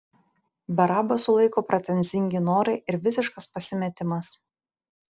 barabą sulaiko pretenzingi norai ir visiškas pasimetimas